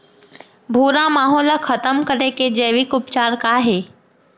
भूरा माहो ला खतम करे के जैविक उपचार का हे?